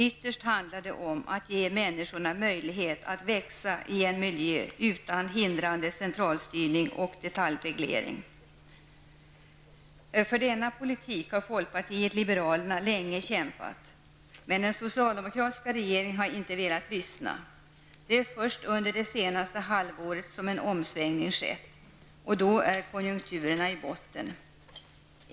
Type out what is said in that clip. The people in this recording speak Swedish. Ytterst handlar det om att ge människorna möjlighet att växa i en miljö utan hindrande centralstyrning och detaljreglering. För en sådan politik har folkpartiet liberalerna länge kämpat. Men den socialdemokratiska regeringen har inte velat lyssna. Det är först under det senaste halvåret som en omsvängning har skett. Men då är så att säga konjunkturerna i botten.